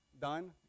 done